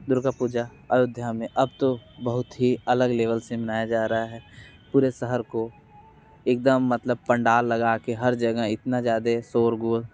दुर्गा पूजा अयोध्या में अब तो बहुत ही अलग लेवल से मनाया जा रहा है पूरे शहर को एकदम मतलब पंडाल लगा कर हर जगह इतना ज़्यादे ज़ोर शोर